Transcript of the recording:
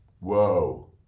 Whoa